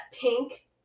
pink